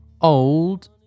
old